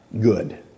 good